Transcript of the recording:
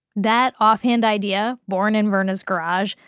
that offhand idea, born in verna's garage,